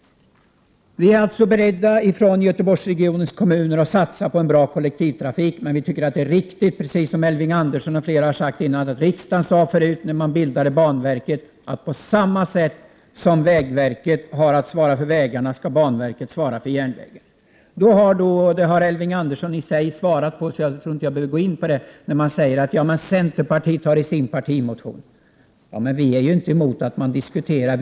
Vi är alltså beredda i Göteborgsregionens kommuner att satsa på en bra kollektivtrafik. Men vi tycker, precis som Elving Andersson och flera andra har sagt innan, att det riksdagen sade förut när banverket bildades är riktigt, att på samma sätt som vägverket har att svara för vägarna skall banverket svara för järnvägen. Elving Andersson har redan bemött påståendena om vad centerpartiet har i sin partimotion, så jag tror inte att jag behöver gå in på det. Men vi är inte emot att man diskuterar.